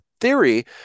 theory